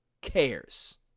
cares